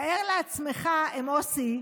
תאר לעצמך, מוסי,